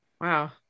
Wow